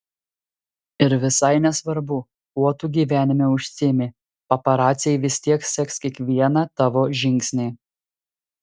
ir visai nesvarbu kuo tu gyvenime užsiimi paparaciai vis tiek seks kiekvieną tavo žingsnį